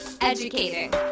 educating